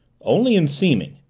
only in seeming.